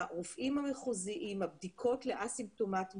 הרופאים המחוזיים הבדיקות לאסימפטומטיים